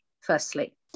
firstly